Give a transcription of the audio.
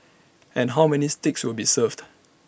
and how many steaks will be served